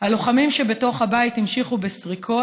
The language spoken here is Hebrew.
הלוחמים שבתוך הבית המשיכו בסריקות.